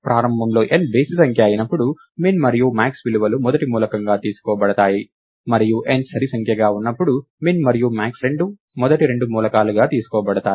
ప్రారంభంలో n బేసి సంఖ్య అయినప్పుడు min మరియు max విలువలు మొదటి మూలకంగా తీసుకోబడతాయి మరియు n సరి సంఖ్యగా ఉన్నప్పుడు min మరియు max మొదటి రెండు మూలకాలుగా తీసుకోబడతాయి